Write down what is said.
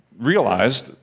realized